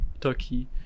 Turkey